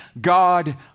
God